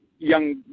young